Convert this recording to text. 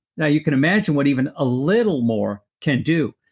now you can imagine what even a little more can do.